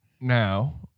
Now